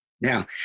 Now